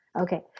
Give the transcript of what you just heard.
Okay